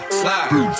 slide